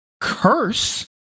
curse